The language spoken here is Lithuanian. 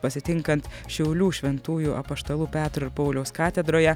pasitinkant šiaulių šventųjų apaštalų petro ir pauliaus katedroje